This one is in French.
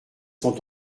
sont